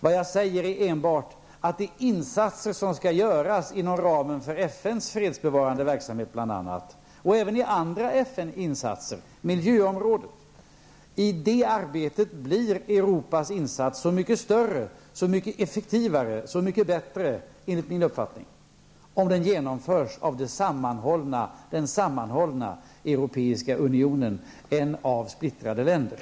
Vad jag säger är enbart att Europas insatser, enligt min uppfattning, i det arbete som skall göras inom ramen för bl.a. FNs fredsbevarande verksamhet och även när det gäller andra FN-insatser, t.ex. på miljöområdet, blir så mycket större, effektivare och bättre om de genomförs av den sammanhållna Europeiska unionen än av splittrade länder.